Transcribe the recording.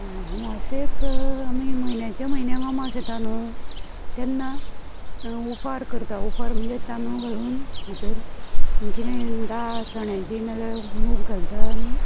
अमाशेक आमी म्हयन्याच्या म्हयन्याक अमास येता न्हू तेन्ना उफार करता उफार म्हणजे तांदूळ घालून भितर कितेंय दाळ चण्याची नाल्यार मूग घालता